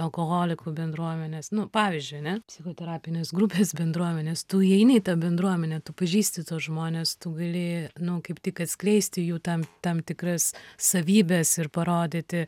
alkoholikų bendruomenės nu pavyzdžiui a ne psichoterapinės grupės bendruomenės tu įeini į tą bendruomenę tu pažįsti tuos žmones tu gali nu kaip tik atskleisti jų tam tam tikras savybes ir parodyti